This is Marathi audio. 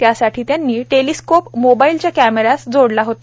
त्यासाठी टेलिस्कोप मोबाईलच्या कॅमेऱ्यास जोडला होता